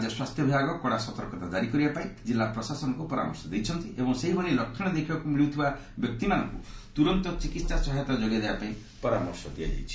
ରାଜ୍ୟ ସ୍ୱାସ୍ଥ୍ୟବିଭାଗ କଡା ସତର୍କତା କ୍କାରି କରିବା ପାଇଁ ଜିଲ୍ଲା ପ୍ରଶାସନକୁ ପରାମର୍ଶ ଦେଇଛନ୍ତି ଏବଂ ଏହି ଭଳି ଲକ୍ଷଣ ଦେଖିବାକୁ ମିଳୁଥିବା ବ୍ୟକ୍ତିମାନଙ୍କୁ ତୁରନ୍ତ ଚିକିତ୍ସା ସହାୟତା ଯୋଗାଇ ଦେବାପାଇଁ ପରାମର୍ଶ ଦେଇଛନ୍ତି